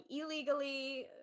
illegally